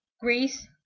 Greece